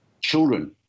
children